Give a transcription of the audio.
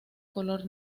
color